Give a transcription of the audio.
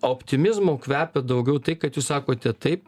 optimizmo kvepia daugiau tai kad jūs sakote taip